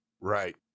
Right